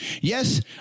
Yes